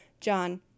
John